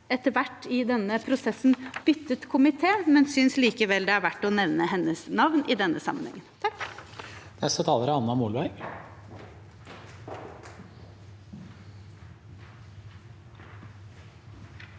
etter hvert i denne prosessen byttet komité, men jeg synes likevel det er verdt å nevne hennes navn i denne sammenheng.